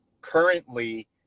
currently